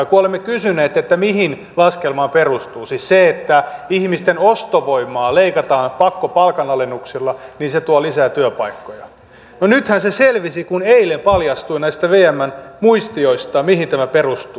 kun olemme kysyneet mihin laskelma perustuu siis se että ihmisten ostovoimaa leikataan pakkopalkanalennuksilla ja se tuo lisää työpaikkoja niin nythän se selvisi kun eilen paljastui näistä vmn muistioista mihin tämä perustuu